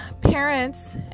parents